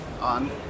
on